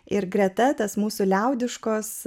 ir greta tas mūsų liaudiškos